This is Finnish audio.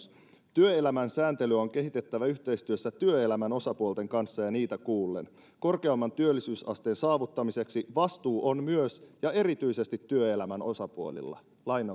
työelämän sääntelyä on kehitettävä yhteistyössä työelämän osapuolten kanssa ja niitä kuullen korkeamman työllisyysasteen saavuttamiseksi vastuu on myös ja erityisesti työelämän osapuolilla